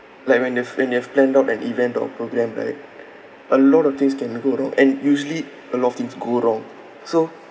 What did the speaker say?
like when you've when you've planned out an event or program right a lot of things can go wrong and usually a lot of things go wrong so